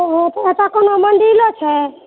आ ओतय कोनो मन्दिरो छै